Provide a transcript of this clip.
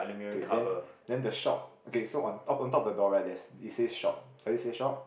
okay then then the shop okay so on of on top of the door right there's it says shop does it say shop